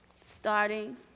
starting